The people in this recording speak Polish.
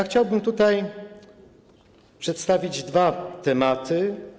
Chciałbym tutaj przedstawić dwa tematy.